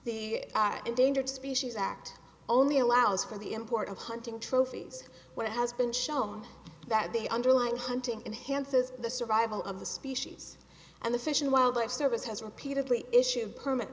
the endangered species act only allows for the import of hunting trophies when it has been shown that the underlying hunting enhanced is the survival of the species and the fish and wildlife service has repeatedly issue permit